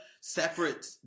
separate